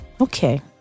okay